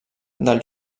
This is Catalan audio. del